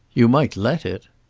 you might let it.